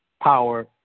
power